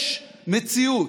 יש מציאות.